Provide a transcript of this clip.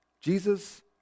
Jesus